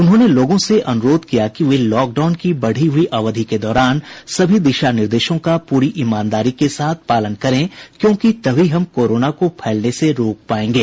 उन्होंने लोगों से अनुरोध किया है कि वे लॉकडाउन की बढ़ी हुई अवधि के दौरान सभी दिशा निर्देशों का पूरी ईमानदारी के साथ पालन करें क्योंकि तभी हम कोरोना को फैलने से रोक पायेंगे